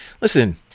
Listen